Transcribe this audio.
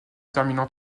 terminant